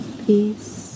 peace